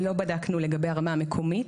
לא בדקנו לגבי הרמה המקומית.